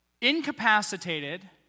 incapacitated